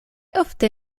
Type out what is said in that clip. ofte